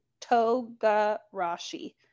Togarashi